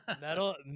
Metal